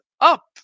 up